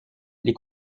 les